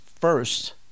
first